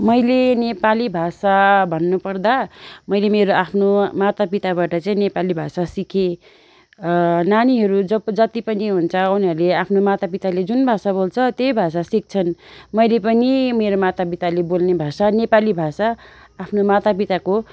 मैले नेपाली भाषा भन्नु पर्दा मैले मेरो आफ्नो माता पिताबाट चाहिँ नेपाली भाषा सिकेँ नानीहरू ज जति पनि हुन्छ उनीहरूले आफ्नो माता पिताले जुन भाषा बोल्छ त्यही भाषा सिक्छन् मैले पनि मेरो माता पिताले बोल्ने भाषा नेपाली भाषा आफ्नो माता पिताको